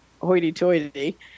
hoity-toity